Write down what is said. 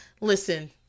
Listen